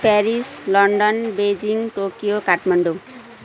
Paris London Beijing Tokyo Kathmandu